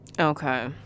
okay